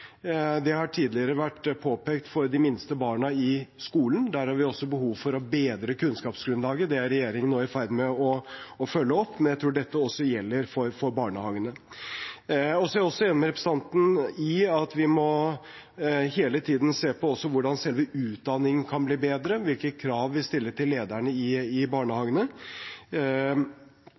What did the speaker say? Det har tidligere vært påpekt for de minste barna i skolen – der har vi også behov for å bedre kunnskapsgrunnlaget, og det er regjeringen nå i ferd med å følge opp – men jeg tror dette også gjelder for barnehagene. Jeg er også enig med representanten i at vi hele tiden må se på hvordan selve utdanningen kan bli bedre, og hvilke krav vi stiller til lederne i barnehagene.